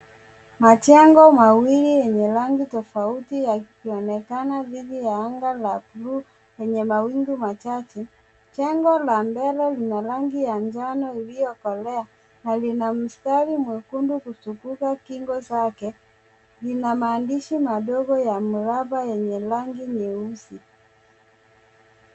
Majengo mawili yenye rangi tofauti yakionenakana dhidi ya anga la bluu lenye mawingu machache. Jengo la mbele lina rangi ya njano iliyokolea na lina mstari mwekundu kuzunguka kingo zake lina maandishi madogo ya mraba yenye rangi nyeusi.